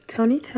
Tony